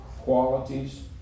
qualities